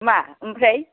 मा ओमफ्राय